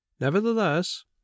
Nevertheless